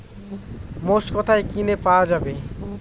মোষ কোথায় কিনে পাওয়া যাবে?